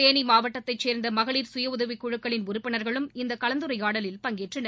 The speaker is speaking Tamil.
தேனி மாவட்டத்தை சேர்ந்த மகளிர் சுயஉதவிக்குழுக்களின் உறுப்பினர்களும் இந்த கலந்துரையாடலில் பங்கேற்றனர்